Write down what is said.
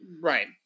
Right